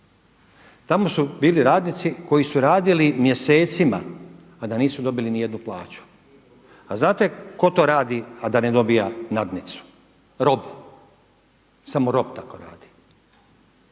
Tamo su bili radnici koji su radili mjesecima a da nisu dobili nijednu plaću. A znate tko to radi a da ne dobiva nadnicu? Rob. Samo rob tako radi.